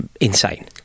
insane